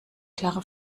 klare